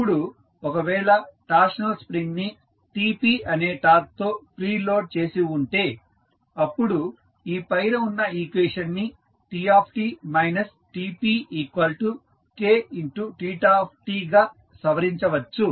ఇప్పుడు ఒకవేళ torsional spring ని TPఅనే టార్క్ తో ప్రీ లోడ్ చేసి ఉంటే అప్పుడు ఈ పైన ఉన్న ఈక్వేషన్ ని Tt TPKθt గా సవరించవచ్చు